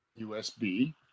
USB